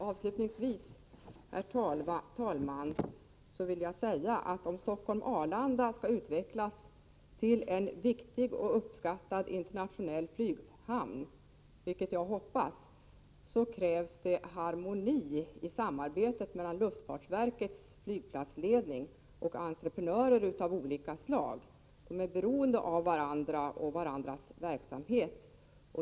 Avslutningsvis, herr talman, vill jag säga att om Stockholm-Arlanda skall utvecklas till en viktig och uppskattad internationell flyghamn — vilket jag hoppas — krävs det harmoni i samarbetet mellan luftfartsverkets flygplatsledning och entreprenörer av olika slag. De är beroende av varandra och av varandras verksamhet.